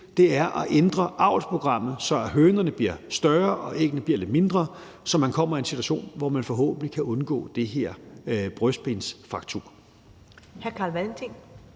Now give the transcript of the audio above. at man ændrer avlsprogrammet, så hønerne bliver større og æggene bliver lidt mindre, så man kommer i en situation, hvor man forhåbentlig kan undgå det her med brystbensfraktur.